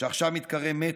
שעכשיו מתקרא מטא.